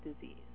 disease